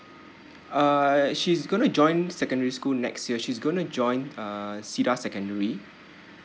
uh she's gonna join secondary school next year she's gonna join uh cedar secondary